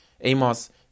Amos